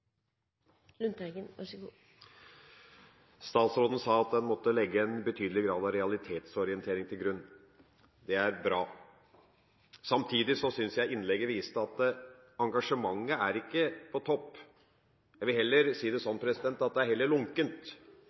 Statsråden sa at en måtte legge en betydelig grad av realitetsorientering til grunn. Det er bra. Samtidig synes jeg innlegget viste at engasjementet ikke er på topp. Jeg vil heller si det sånn at det er heller lunkent